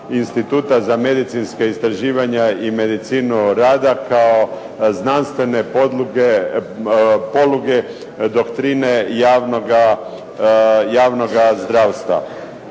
Instituta za medicinska istraživanja i medicinu rada kao znanstvene poluge doktrine javnoga zdravstva.